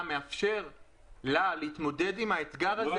מאפשר לה להתמודד עם האתגר הזה -- לא,